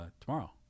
tomorrow